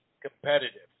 competitive